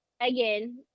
again